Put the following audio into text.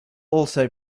also